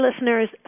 listeners